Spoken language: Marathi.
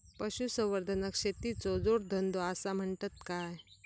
पशुसंवर्धनाक शेतीचो जोडधंदो आसा म्हणतत काय?